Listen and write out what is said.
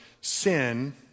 sin